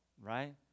right